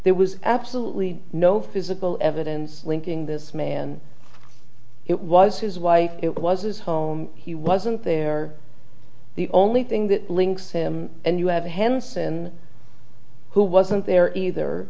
there was absolutely no physical evidence linking this man it was his wife it was his home he wasn't there the only thing that links him and you have henson who wasn't there is either